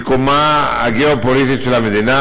ממיקומה הגיאו-פוליטי של המדינה,